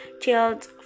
child